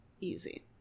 Easy